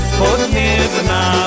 podniebna